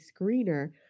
screener